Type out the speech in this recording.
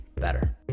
better